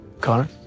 Connor